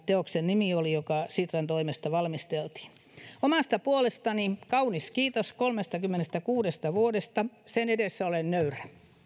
teoksesta joka sitran toimesta valmisteltiin omasta puolestani kaunis kiitos kolmestakymmenestäkuudesta vuodesta sen edessä olen nöyrä